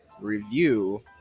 review